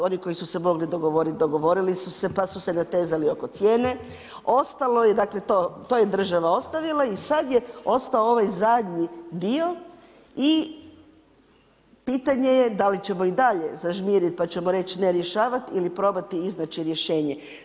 Oni koji su se mogli dogovoriti dogovorili su se, pa su se natezali oko cijene, ostalo je dakle to, to je država ostavila i sada je ostao ovaj zadnji dio i pitanje je dali ćemo i dalje zažmiriti ne rješavat ili probati iznaći rješenje.